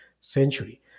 century